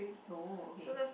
oh okay